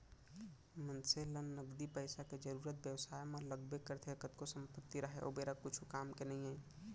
मनसे ल नगदी पइसा के जरुरत बेवसाय म लगबे करथे कतको संपत्ति राहय ओ बेरा कुछु काम के नइ हे